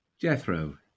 Jethro